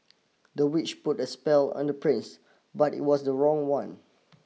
the witch put a spell on the prince but it was the wrong one